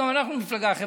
גם אנחנו מפלגה חברתית,